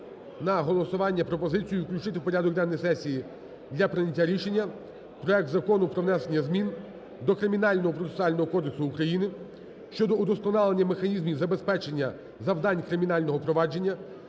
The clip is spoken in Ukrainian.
на голосування пропозиції включити в порядок денний сесії для прийняття рішення проект Закону про внесення змін до Кримінального процесуального кодексу України (щодо удосконалення механізмів забезпечення завдань кримінального провадження)